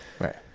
Right